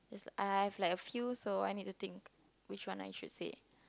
I've like a few so I need to think which one I should say